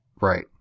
Right